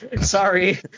Sorry